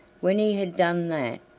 when he had done that,